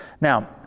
Now